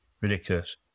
ridiculous